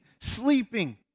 sleeping